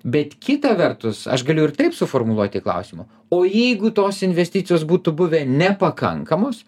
bet kita vertus aš galiu ir taip suformuluoti klausimą o jeigu tos investicijos būtų buvę nepakankamos